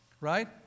Right